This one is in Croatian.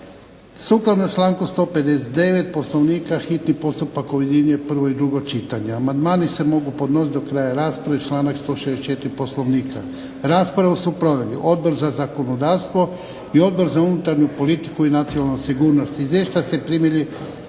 sukladno članku 159. Poslovnika hitni postupak objedinjuje prvo i drugo čitanje. Amandmani se mogu podnositi do kraja rasprave članak 164. Poslovnika. Raspravu su proveli Odbor za zakonodavstvo, i Odbor za unutarnju politiku i nacionalnu sigurnost. Izvješća ste primili